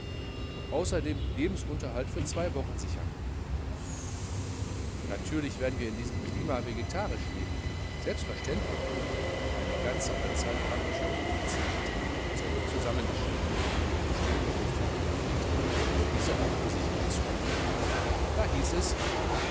und außerdem lebensunterhalt für zwei wochen sichern natürlich werden wir in diesem klima vegetarisch leben selbstverständlich eine ganze anzahl praktischer notizen hatte er auf einem zettel zusammengeschrieben und stilpe mußte sich verpflichten diese auch für sich anzuerkennen da hieß es